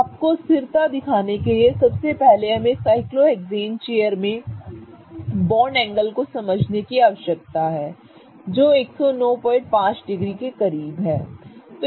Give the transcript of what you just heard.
तो आपको स्थिरता दिखाने के लिए सबसे पहले हमें साइक्लोहेक्सेन चेयर में बॉन्ड एंगल को समझने की आवश्यकता है जो 1095 डिग्री के करीब है